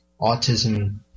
autism